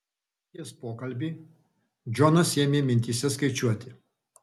baigęs pokalbį džonas ėmė mintyse skaičiuoti